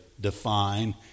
define